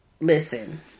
Listen